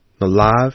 alive